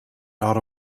dot